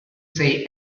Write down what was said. say